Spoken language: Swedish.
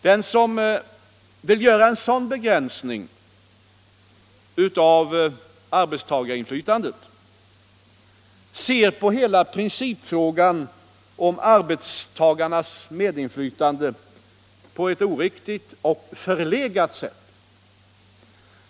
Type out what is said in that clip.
Den som vill göra en sådan begränsning av arbetstagarinflytandet ser på hela principfrågan om arbetstagarnas medinflytande på ett oriktigt och förlegat sätt.